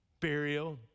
Burial